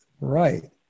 right